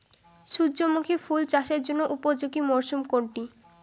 সূর্যমুখী ফুল চাষের জন্য উপযোগী মরসুম কোনটি?